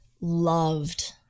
loved